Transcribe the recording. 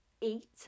eat